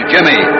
Jimmy